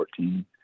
2014